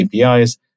APIs